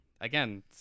again